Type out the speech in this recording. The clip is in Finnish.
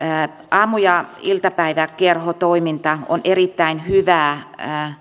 aamu ja iltapäiväkerhotoiminta on erittäin hyvää